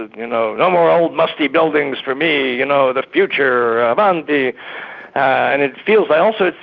you know, no more old, musty buildings for me you know, the future, avanti! and it feels. i also.